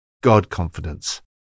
God-confidence